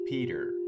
Peter